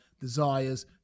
desires